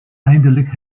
eindelijk